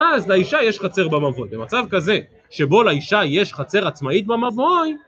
אז לאישה יש חצר במבואי, במצב כזה, שבו לאישה יש חצר עצמאית במבואי.